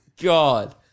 God